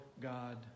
God